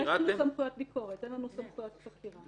יש לנו סמכויות ביקורת, אין לנו סמכויות חקירה.